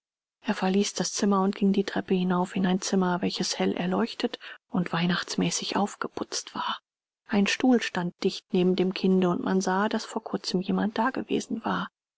er verließ das zimmer und ging die treppe hinauf in ein zimmer welches hell erleuchtet und weihnachtsmäßig aufgeputzt war ein stuhl stand dicht neben dem kinde und man sah daß vor kurzem jemand dagewesen war